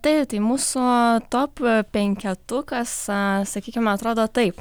taip tai mūsų top penketukas sakykime atrodo taip